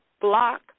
block